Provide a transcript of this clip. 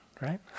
right